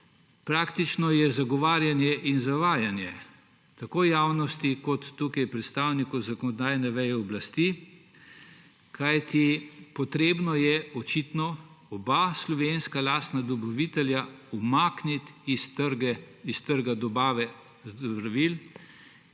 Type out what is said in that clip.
praktično je zagovarjanje in zavajanje tako javnosti kot predstavnikov zakonodajne veje oblasti. Kajti očitno je potrebno oba slovenska lastna dobavitelja umakniti s trga dobave zdravil.